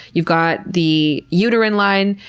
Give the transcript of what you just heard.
you've got the uterine line.